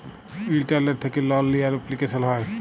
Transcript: ইলটারলেট্ থ্যাকে লল লিয়ার এপলিকেশল হ্যয়